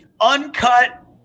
uncut